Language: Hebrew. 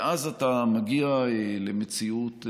ואז אתה מגיע למציאות,